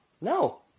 No